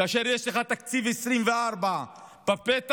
כאשר יש תקציב 2024 בפתח,